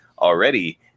already